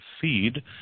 feed